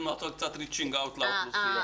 לעשות קצת ריצ'ינג אאוט לאוכלוסייה.